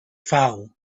foul